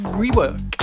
rework